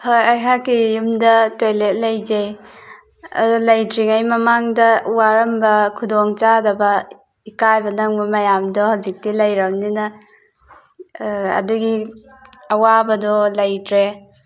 ꯍꯣꯏ ꯑꯩꯍꯥꯛꯀꯤ ꯌꯨꯝꯗ ꯇꯣꯏꯂꯦꯠ ꯂꯩꯖꯩ ꯑꯗꯣ ꯂꯩꯇ꯭ꯔꯤꯉꯩ ꯃꯃꯥꯡꯗ ꯋꯥꯔꯝꯕ ꯈꯨꯗꯣꯡ ꯆꯥꯗꯕ ꯏꯀꯥꯏꯕ ꯅꯪꯕ ꯃꯌꯥꯝꯗꯣ ꯍꯧꯖꯤꯛꯇꯤ ꯂꯩꯔꯕꯅꯤꯅ ꯑꯗꯨꯒꯤ ꯑꯋꯥꯕꯗꯣ ꯂꯩꯇ꯭ꯔꯦ